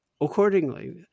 accordingly